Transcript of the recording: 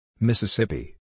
Mississippi